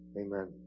Amen